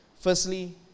firstly